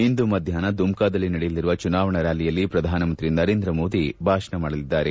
ಇಂದು ಮಧ್ಯಾಷ್ನ ದುಮ್ಕಾದಲ್ಲಿ ನಡೆಯಲಿರುವ ಚುನಾವಣಾ ರ್ಕಾಲಿಯಲ್ಲಿ ಪ್ರಧಾನಮಂತ್ರಿ ನರೇಂದ್ರ ಮೋದಿ ಭಾಷಣ ಮಾಡಲಿದ್ದಾರೆ